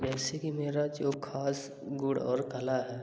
जैसे कि मेरा जो ख़ास गुण और कला है